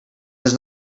does